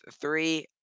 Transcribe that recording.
three